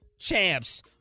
Champs